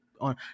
on